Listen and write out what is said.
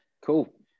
Cool